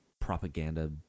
Propaganda